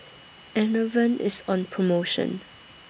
Enervon IS on promotion